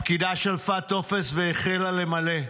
הפקידה שלפה טופס והחלה למלא.